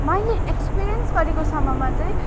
मैले एक्सपिरियन्स गरेको सम्ममा चाहिँ